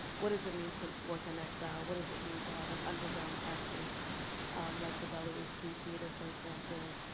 what does it mean to work in exile? what does it mean to have an underground practice like the belarus free theater, for example?